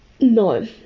no